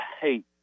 hate